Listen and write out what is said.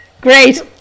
Great